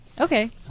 Okay